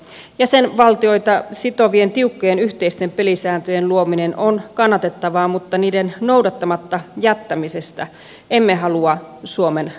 sen valtioita sitovien tiukkojen yhteisten pelisääntöjen luominen on kannatettavaa mutta niiden noudattamatta jättämisestä emme halua suomen maksavan